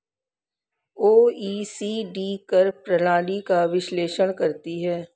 OECD कर प्रणाली का विश्लेषण करती हैं